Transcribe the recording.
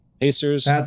Pacers